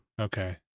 Okay